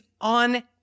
on